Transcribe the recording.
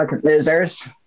losers